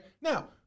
Now